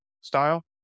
style